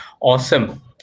Awesome